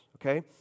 Okay